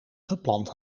gepland